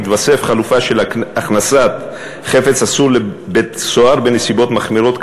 תתווסף חלופה של הכנסת חפץ אסור לבית-סוהר בנסיבות מחמירות,